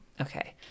Okay